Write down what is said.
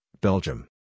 Belgium